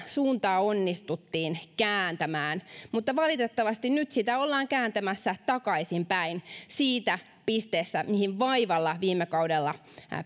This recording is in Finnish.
suuntaa onnistuttiin kääntämään mutta valitettavasti nyt sitä ollaan kääntämässä takaisinpäin siitä pisteestä mihin vaivalla viime kaudella